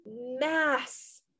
mass